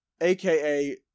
aka